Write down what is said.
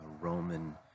Roman